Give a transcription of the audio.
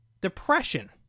Depression